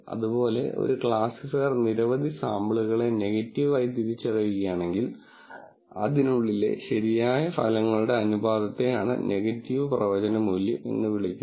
അതുപോലെ ഒരു ക്ലാസിഫയർ നിരവധി സാമ്പിളുകളെ നെഗറ്റീവ് ആയി തിരിച്ചറിയുകയാണെങ്കിൽ അതിനുള്ളിലെ ശരിയായ ഫലങ്ങളുടെ അനുപാതത്തെയാണ് നെഗറ്റീവ് പ്രവചന മൂല്യം എന്ന് വിളിക്കുന്നത്